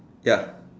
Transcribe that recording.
ya